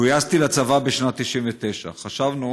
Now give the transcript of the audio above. גויסתי לצבא בשנת 1999. חשבנו